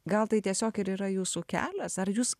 gal tai tiesiog ir yra jūsų kelias ar jūs